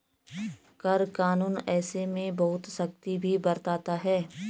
कर कानून ऐसे में बहुत सख्ती भी बरतता है